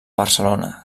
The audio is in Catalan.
barcelona